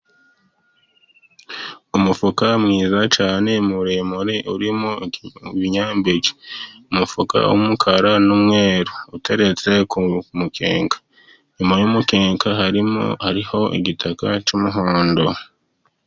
Umufuka mwiza cyane, muremure, urimo ibinyampeke. Umufuka w’umukara n’umweru uteretse ku mukeka. Inyuma y’umukeka hariho igitaka cy’umuhondo.